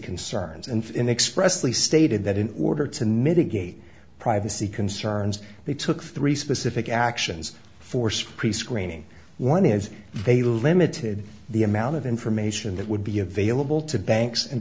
concerns and in expressed the stated that in order to mitigate privacy concerns they took three specific actions forced prescreening one is they limited the amount of information that would be available to banks and